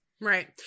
Right